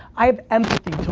i have empathy